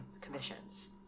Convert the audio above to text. commissions